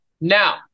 Now